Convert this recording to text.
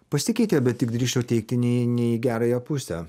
pasikeitė bet tik drįsčiau teigti ne į ne į gerąją pusę